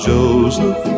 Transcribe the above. Joseph